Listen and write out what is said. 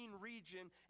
region